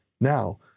now